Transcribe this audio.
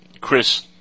Chris